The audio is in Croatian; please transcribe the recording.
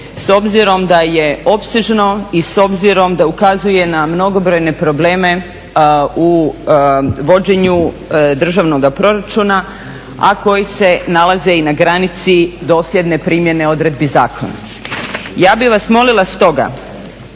s obzirom da je opsežno i s obzirom da ukazuje na mnogobrojne probleme u vođenju državnoga proračuna a koji se nalaze i na granici dosljedne primjene odredbi zakona. Ja bih vas molila stoga